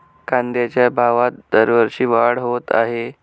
कांद्याच्या भावात दरवर्षी वाढ होत आहे